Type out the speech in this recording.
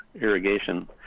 irrigation